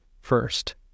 first